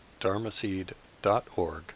dharmaseed.org